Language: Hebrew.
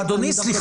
אדוני, אדוני,